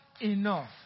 enough